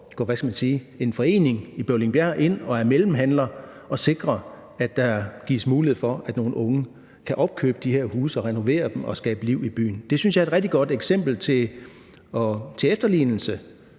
en forening i Bøvlingbjerg ind og er mellemhandlere og sikrer, at der gives mulighed for, at nogle unge kan opkøbe de her huse, renovere dem og skabe liv i byen. Det synes jeg er et rigtig godt eksempel til efterlevelse